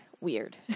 weird